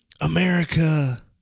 America